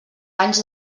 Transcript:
panys